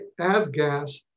Avgas